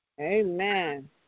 Amen